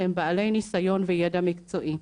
שהם בעלי ניסיון וידע מקצועי.